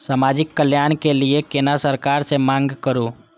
समाजिक कल्याण के लीऐ केना सरकार से मांग करु?